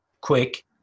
quick